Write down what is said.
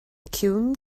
ciúin